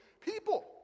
people